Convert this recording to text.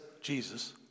Jesus